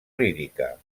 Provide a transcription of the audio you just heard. lírica